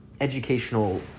educational